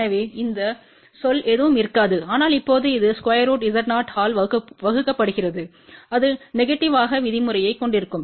எனவே இந்த சொல் எதுவும் இருக்காது ஆனால் இப்போது இது√Z0ஆல் வகுக்கப்படுகிறது அது நெகடிவ்யான விதிமுறைதைக் கொண்டிருக்கும்